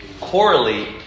correlate